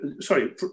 sorry